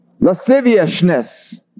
Lasciviousness